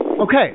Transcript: Okay